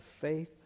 faith